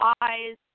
eyes